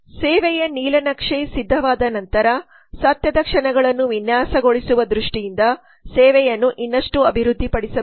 ಸೇವೆಯ ನೀಲನಕ್ಷೆ ಸಿದ್ಧವಾದ ನಂತರ ಸತ್ಯದ ಕ್ಷಣಗಳನ್ನು ವಿನ್ಯಾಸಗೊಳಿಸುವ ದೃಷ್ಟಿಯಿಂದ ಸೇವೆಯನ್ನು ಇನ್ನಷ್ಟು ಅಭಿವೃದ್ಧಿಪಡಿಸಬೇಕು